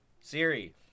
Siri